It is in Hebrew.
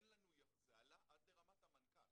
זה עלה עד לרמת המנכ"ל.